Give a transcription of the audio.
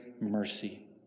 mercy